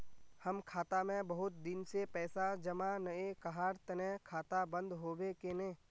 हम खाता में बहुत दिन से पैसा जमा नय कहार तने खाता बंद होबे केने?